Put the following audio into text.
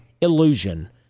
illusion